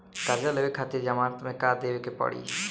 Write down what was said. कर्जा लेवे खातिर जमानत मे का देवे के पड़ी?